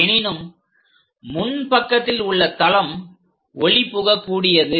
எனினும் முன் பக்கத்தில் உள்ள தளம் ஒளி புக கூடியது